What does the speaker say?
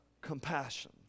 compassion